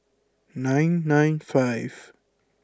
nine nine five